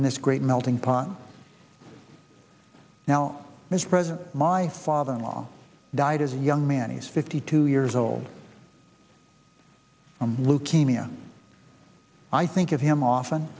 in this great melting pot now mr president my father in law died as a young man he's fifty two years old from leukemia i think of him often